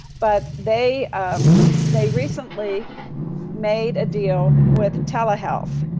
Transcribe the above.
but they they recently made a deal with telehealth,